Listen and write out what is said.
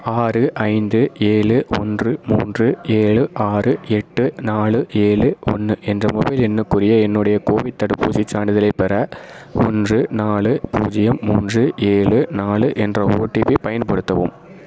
ஆறு ஐந்து ஏழு ஒன்று மூன்று ஏழு ஆறு எட்டு நாலு ஏழு ஒன்று என்ற மொபைல் எண்ணுக்குரிய என்னுடைய கோவிட் தடுப்பூசிச் சான்றிதழைப் பெற ஒன்று நாலு பூஜ்ஜியம் மூன்று ஏழு நாலு என்ற ஓடிபியை பயன்படுத்தவும்